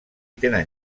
tenen